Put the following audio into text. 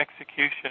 execution